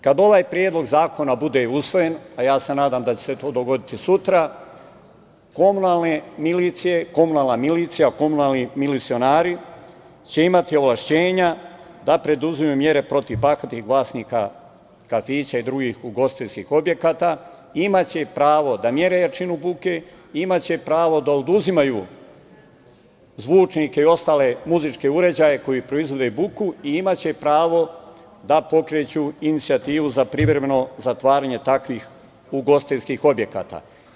Kada ovaj predlog zakona bude usvojen, a ja se nadam da će se to dogoditi sutra, komunalne milicije, komunalna milicija, komunalni milicionari će imati ovlašćenja da preduzimaju mere protiv bahatih vlasnika kafića i drugih ugostiteljskih objekata, imaće pravo da mere jačinu buke, imaće pravo da oduzimaju zvučnike i ostale muzičke uređaje koji proizvode buku i imaće pravo da pokreću inicijativu za privremeno zatvaranje takvih ugostiteljskih objekata.